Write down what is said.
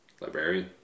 librarian